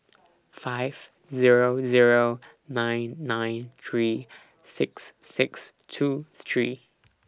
five Zero Zero nine nine three six six two three